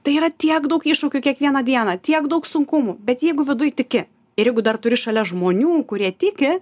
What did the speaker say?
tai yra tiek daug iššūkių kiekvieną dieną tiek daug sunkumų bet jeigu viduj tiki ir jeigu dar turi šalia žmonių kurie tiki